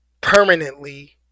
permanently